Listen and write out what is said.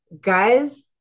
guys